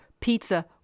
Pizza